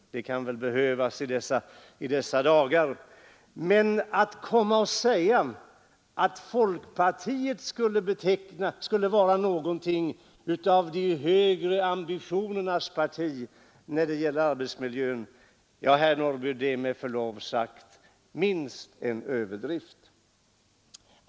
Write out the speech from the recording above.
Det kan väl behövas i dessa dagar, men att komma och säga att folkpartiet skulle vara något de högre ambitionernas parti när det gäller arbetsmiljön, ja herr Norrby, det är med förlov sagt minst en överdrift.